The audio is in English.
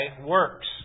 works